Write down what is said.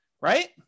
right